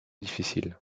difficiles